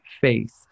faith